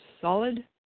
solid